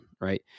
right